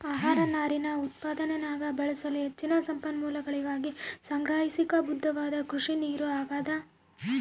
ಆಹಾರ ನಾರಿನ ಉತ್ಪಾದನ್ಯಾಗ ಬಳಸಲು ಹೆಚ್ಚಿನ ಸಂಪನ್ಮೂಲಗಳಿಗಾಗಿ ಸಂಗ್ರಹಿಸಾಕ ಬದ್ಧವಾದ ಕೃಷಿನೀರು ಆಗ್ಯಾದ